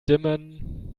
dimmen